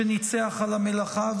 שניצח על המלאכה,